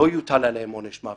שלא יוטל עליהם עונש מוות.